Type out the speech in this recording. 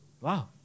Wow